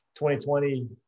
2020